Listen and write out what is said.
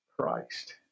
Christ